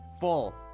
full